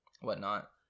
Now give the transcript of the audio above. whatnot